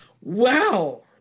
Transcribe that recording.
Wow